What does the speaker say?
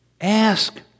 Ask